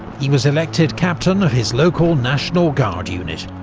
he was elected captain of his local national guard unit,